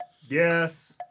Yes